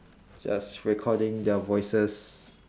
just recording their voices